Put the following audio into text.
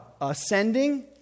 ascending